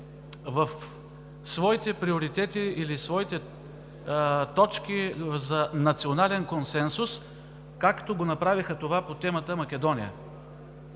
в своите приоритети или своите точки за национален консенсус, както го направиха по темата „Македония“.